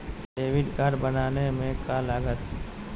हमें debit card बनाने में का लागत?